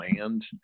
land